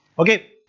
ok?